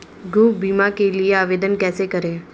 गृह बीमा के लिए आवेदन कैसे करें?